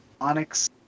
onyx